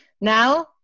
now